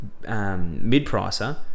Mid-pricer